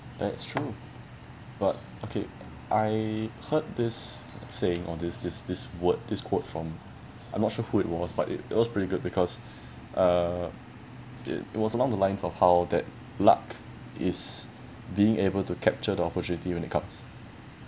that's true but okay I heard this saying on this this this word this quote from I'm not sure who it was but it it was pretty good because uh it it was along the lines of how that luck is being able to capture the opportunity when it comes